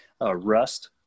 rust